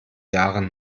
jahren